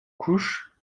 couches